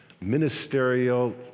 ministerial